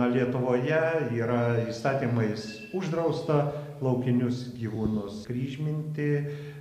lietuvoje yra įstatymais uždrausta laukinius gyvūnus kryžminti